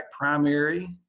primary